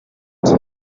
two